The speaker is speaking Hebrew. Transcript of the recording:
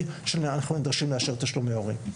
שבה אנחנו נדרשים לאשר תשלומי הורים.